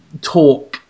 talk